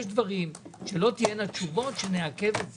יש דברים שלא תהיינה תשובות, שנעכב את זה.